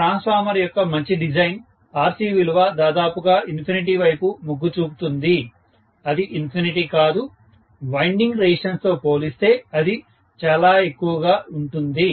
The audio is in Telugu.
కాబట్టి ట్రాన్స్ఫార్మర్ యొక్క మంచి డిజైన్ RC విలువ దాదాపుగా ఇన్ఫినిటీ వైపు మొగ్గు చూపుతుంది అది ఇన్ఫినిటీ కాదు వైండింగ్ రెసిస్టెన్స్ తో పోలిస్తే అది చాలా ఎక్కువగా ఉంటుంది